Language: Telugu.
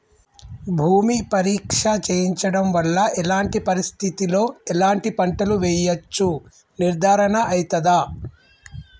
భూమి పరీక్ష చేయించడం వల్ల ఎలాంటి పరిస్థితిలో ఎలాంటి పంటలు వేయచ్చో నిర్ధారణ అయితదా?